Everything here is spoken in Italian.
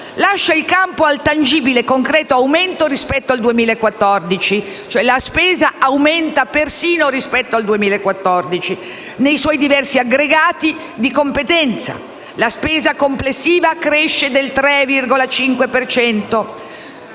lascia il campo al tangibile e concreto aumento rispetto al 2014 - la spesa aumenta persino rispetto al 2014 - nei suoi diversi aggregati «di competenza»: la spesa complessiva cresce del 3,5